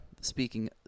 speaking